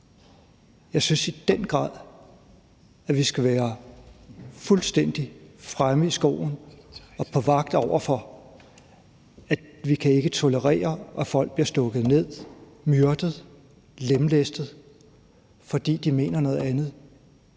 Jeg synes i den grad, at vi skal være fuldstændig fremme i skoene og være på vagt, med hensyn til at vi ikke kan tolerere, at folk i vores verden bliver stukket ned, myrdet eller lemlæstet, fordi de mener noget andet,